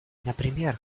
например